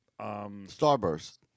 Starburst